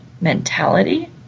mentality